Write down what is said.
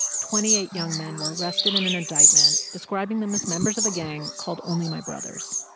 twenty eight young men were arrested in an indictment describing them as members of a gang called only my brothers.